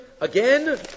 Again